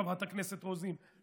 חברת הכנסת רוזין,